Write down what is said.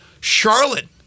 Charlotte